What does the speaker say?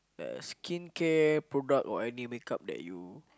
uh skincare product or any make up that you